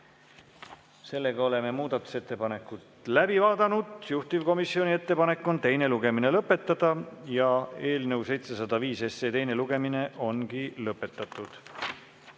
Oleme muudatusettepanekud läbi vaadanud. Juhtivkomisjoni ettepanek on teine lugemine lõpetada. Eelnõu 705 teine lugemine on lõpetatud.